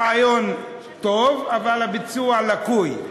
רעיון טוב, אבל הביצוע לקוי,